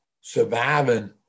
surviving